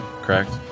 correct